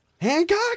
Hancock